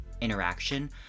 interaction